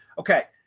okay.